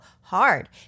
hard